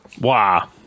Wow